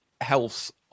health